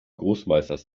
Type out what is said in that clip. großmeisters